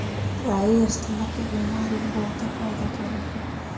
राई asthma के बेमारी में बहुते फायदा करेला